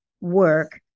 work